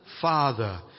father